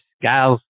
gals